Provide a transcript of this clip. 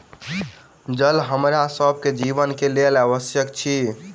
जल हमरा सभ के जीवन के लेल आवश्यक अछि